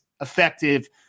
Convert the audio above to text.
effective